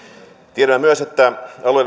tiedämme myös että